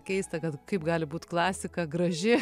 keista kad kaip gali būti klasika graži